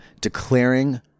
declaring